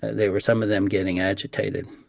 there were some of them getting agitated.